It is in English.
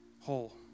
whole